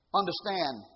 understand